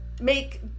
make